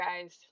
guys